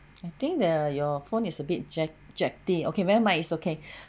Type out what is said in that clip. I think the your phone is a bit jack jetty okay never mind it's okay